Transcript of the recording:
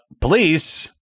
police